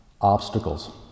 Obstacles